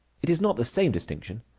it is not the same distinction,